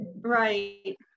right